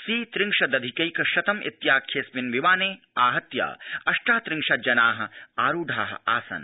C त्रिंशदधिकैक शतम् इत्याख्येऽस्मिन् विमाने आहत्य अप्टात्रिंशज्जना आरूढा आसन्